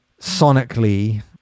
sonically